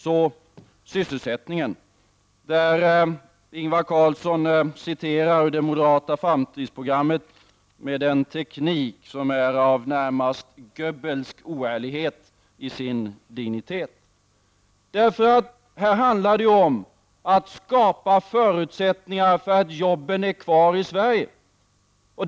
Så till sysselsättningen. Ingvar Carlsson citerar ur det moderata framtidsprogrammet med den teknik som är närmast Göbbelskt oärlig till sin dignitet. Här handlar det ju om att skapa förutsättningar för att jobben skall vara kvar i Sverige.